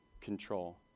control